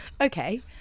okay